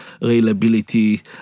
reliability